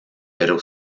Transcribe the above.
pero